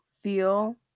feel